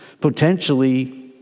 potentially